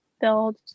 build